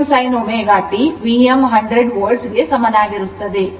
ಮತ್ತು Vm 100 volt ಗೆ ಸಮಾನವಾಗಿರುತ್ತದೆ